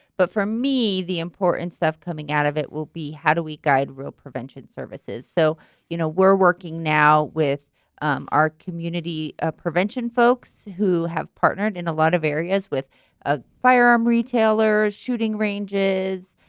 but for me, the important stuff coming out of it will be how do we guide real prevention services? so you know we're working now with our community prevention folks who have partnered in a lot of areas with ah firearm retailers, shooting ranges,